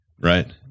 Right